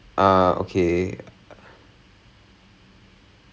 ah அது வந்து:athu vanthu I go பிடிக்கிறான்:pidikiraan everyone then I was like